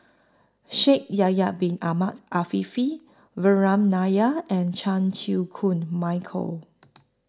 Shaikh Yahya Bin Ahmed Afifi Vikram Nair and Chan Chew Koon Michael